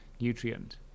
nutrient